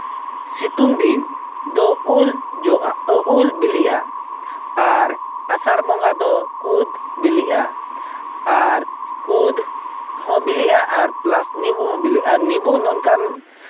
ᱥᱤᱛᱩᱝ ᱫᱤᱱ ᱫᱚ ᱩᱞ ᱡᱚᱜᱼᱟ ᱩᱞ ᱵᱤᱞᱤᱜᱼᱟ ᱟᱨ ᱟᱥᱟᱲ ᱵᱚᱸᱜᱟ ᱫᱚ ᱠᱩᱫᱽ ᱵᱤᱞᱤᱜᱼᱟ ᱟᱨ ᱠᱩᱫᱽ ᱦᱚᱸ ᱵᱤᱞᱤᱜᱼᱟ ᱟᱨ ᱯᱞᱟᱥ ᱱᱤᱵᱩ ᱦᱚᱸ ᱵᱤᱞᱤᱜᱼᱟ ᱟᱨ ᱱᱤᱵᱩ ᱱᱚᱝᱠᱟᱱ